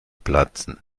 platzen